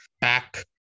back